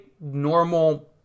normal